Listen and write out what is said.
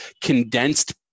condensed